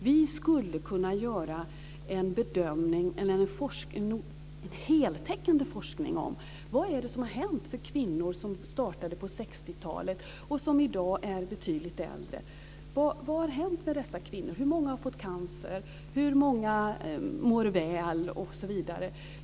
Vi skulle kunna göra en heltäckande forskning om vad som har hänt med kvinnor som startade medicinering på 60-talet och som i dag är betydligt äldre. Vad har hänt med dessa kvinnor? Hur många har fått cancer? Hur många mår väl?